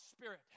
spirit